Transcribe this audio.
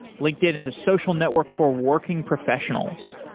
linkedin is a social network for working professionals.